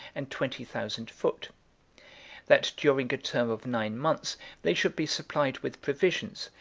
and twenty thousand foot that during a term of nine months they should be supplied with provisions,